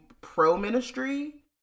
pro-ministry